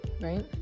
right